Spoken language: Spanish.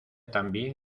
también